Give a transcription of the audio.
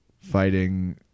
fighting